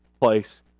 place